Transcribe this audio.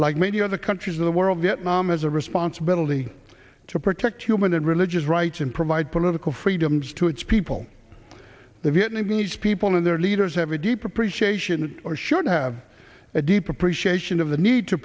like many other countries in the world vietnam as a responsibility to protect human and religious rights and provide political freedoms to its people the vietnamese people and their leaders have a deeper appreciation or should have a deeper appreciation of the need to